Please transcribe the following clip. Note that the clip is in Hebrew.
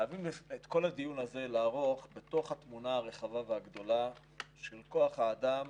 חייבים את כל הדיון הזה לערוך בתוך התמונה הרחבה והגדולה של כוח האדם